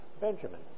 Benjamin